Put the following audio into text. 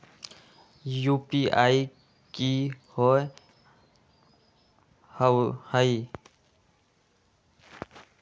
UPI कि होअ हई?